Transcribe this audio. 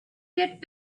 get